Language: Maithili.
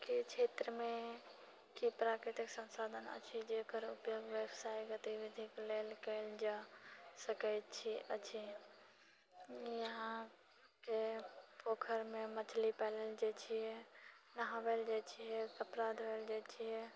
अहाँके क्षेत्रमे की प्राकृतिक संसाधन अछि जेकर उपयोग व्यवसायिक गतिविधिक लेल कएल जा सकैत छी अछि यहाँके पोखरिमे मछली पालै लए जाइ छिऐ नहावैले जाइ छिऐ कपड़ा धोवैले जाइ छिऐ